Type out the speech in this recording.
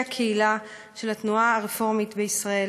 הקהילה של התנועה הרפורמית בישראל.